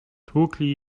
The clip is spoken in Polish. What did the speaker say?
tłukli